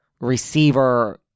receiver